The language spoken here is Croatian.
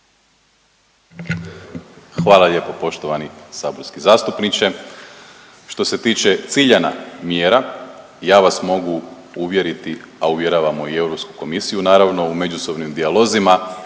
Hvala lijepo poštovani saborski zastupniče. Što se tiče ciljana mjera ja vas mogu uvjeriti, a uvjeravamo i Europsku komisiju naravno u međusobnim dijalozima